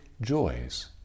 joys